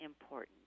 important